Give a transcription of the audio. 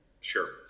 sure